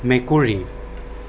মেকুৰী